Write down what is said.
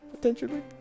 potentially